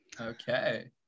Okay